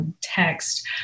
text